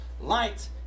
light